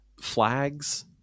flags